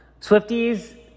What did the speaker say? Swifties